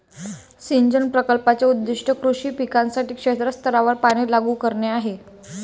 सिंचन प्रकल्पाचे उद्दीष्ट कृषी पिकांसाठी क्षेत्र स्तरावर पाणी लागू करणे आहे